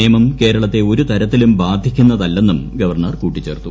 നിയമം കേരളത്തെ ഒരു തരത്തിലും ബാധിക്കുന്നതല്ലെന്നും ഗവർണർ കൂട്ടിച്ചേർത്തു